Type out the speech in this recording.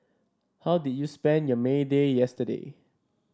how did you spend your May Day yesterday